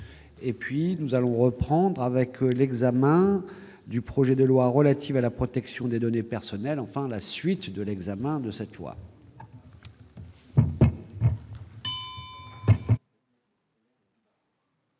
et puis nous allons reprendre avec l'examen du projet de loi relative à la protection des données personnelles, enfin, à la suite de l'examen de cette loi.